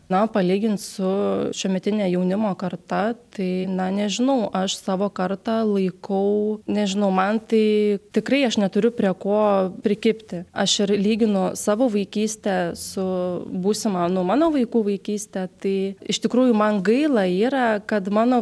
na palygint su šiuometine jaunimo karta tai na nežinau aš savo kartą laikau nežinau man tai tikrai aš neturiu prie ko prikibti aš ir lyginu savo vaikystę su būsima nu mano vaikų vaikyste tai iš tikrųjų man gaila yra kad mano